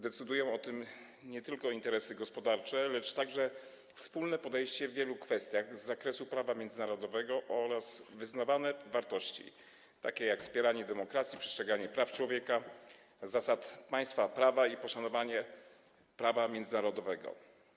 Decydują o tym nie tylko interesy gospodarcze, lecz także wspólne podejście w wielu kwestiach z zakresu prawa międzynarodowego oraz wyznawane wartości, takie jak wspieranie demokracji, przestrzeganie praw człowieka, zasad państwa prawa i poszanowanie prawa międzynarodowego.